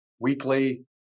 weekly